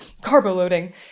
Carbo-loading